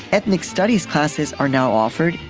ethnic studies classes are now offered.